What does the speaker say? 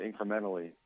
incrementally